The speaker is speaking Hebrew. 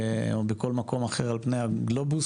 או בכל מקום אחר על פני הגלובוס,